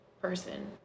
person